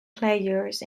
players